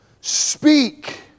speak